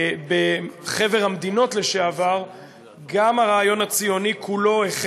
בחבר המדינות, גם הרעיון הציוני כולו,